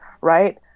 right